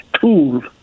tool